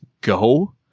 go